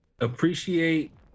Appreciate